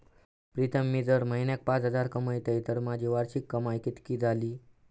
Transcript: प्रीतम मी जर म्हयन्याक पाच हजार कमयतय तर माझी वार्षिक कमाय कितकी जाली?